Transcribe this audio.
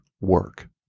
work